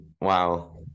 wow